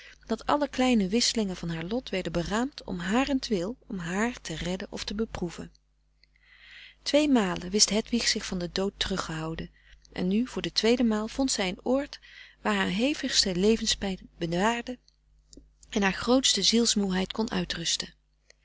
dat alle kleine wisselingen van haar lot werden beraamd om harentwil om haar te redden of te beproeven tweemalen wist hedwig zich van den dood terug gehouden en nu voor de tweede maal vond zij een oord waar haar hevigste levenspijn bedaarde en haar grootste ziels moeheid kon uitrusten